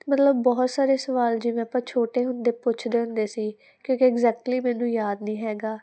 ਮਤਲਬ ਬਹੁਤ ਸਾਰੇ ਸਵਾਲ ਜਿਵੇਂ ਆਪਾਂ ਛੋਟੇ ਹੁੰਦੇ ਪੁੱਛਦੇ ਹੁੰਦੇ ਸੀ ਕਿਉਂਕਿ ਐਗਜੈਕਟਲੀ ਮੈਨੂੰ ਯਾਦ ਨਹੀਂ ਹੈਗਾ